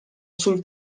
sul